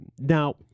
Now